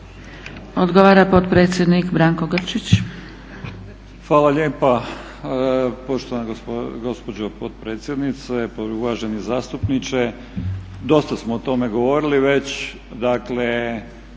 Odgovora potpredsjednik Branko Grčić.